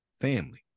family